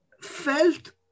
Felt